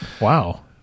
Wow